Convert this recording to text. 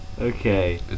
Okay